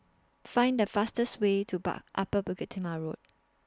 Find The fastest Way to Upper Bukit Timah Road